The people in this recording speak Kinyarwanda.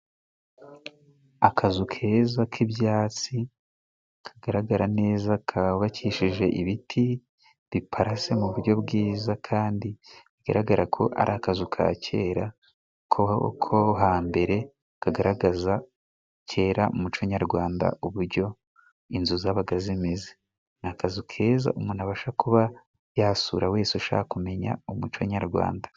Akazu keza k'ibyatsi kagaragara neza kubakishije ibiti biparase mu buryo bwiza, kandi bigaragara ko ari akazu ka kera, ko hambere kagaragaza kera umuco nyarwanda uburyo inzu zabaga zimeze. Ni akazu keza umuntu abasha kuba yasura wese ushaka kumenya umuco nyarwanda.